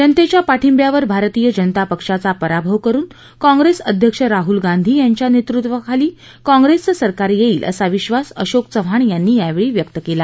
जनतेच्या पाठिंब्यावर भारतीय जनता पक्षाचा पराभव करून काँप्रेस अध्यक्ष राहल गांधी यांच्या नेतृत्वाखाली काँप्रेसचं सरकार येईल असा विक्वास अशोक चव्हाण यांनी यावेळी व्यक्त केला